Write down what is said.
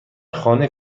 خانه